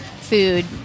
food